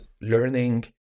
learning